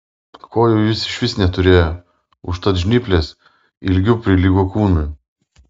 kojų jis išvis neturėjo užtat žnyplės ilgiu prilygo kūnui